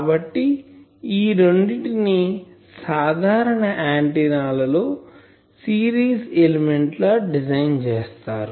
కాబట్టి ఈ రెండిటిని సాధారణ ఆంటిన్నా లలో సిరీస్ ఎలిమెంట్ లా డిజైన్ చేస్తారు